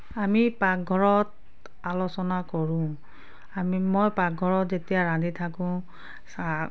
আমি পাকঘৰত আলোচনা কৰোঁ আমি মই পাকঘৰত যেতিয়া ৰান্ধি থাকোঁ চাহ